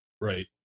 Right